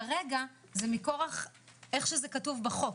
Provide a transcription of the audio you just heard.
כרגע זה מכוח הכתוב בחוק.